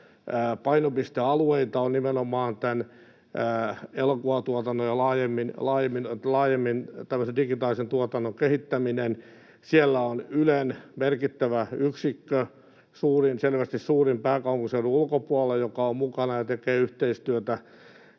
painopistealueista on nimenomaan tämä elokuvatuotannon ja laajemmin tämmöisen digitaalisen tuotannon kehittäminen. Siellä on Ylen merkittävä yksikkö, selvästi suurin pääkaupunkiseudun ulkopuolella, joka on mukana ja tekee yhteistyötä.